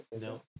No